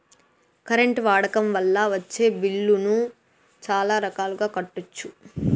current వాడకం వల్ల వచ్చే బిల్లులను చాలా రకాలుగా కట్టొచ్చు